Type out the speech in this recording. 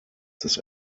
des